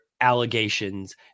allegations